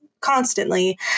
Constantly